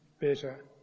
better